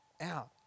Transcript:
out